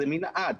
זה מנעד,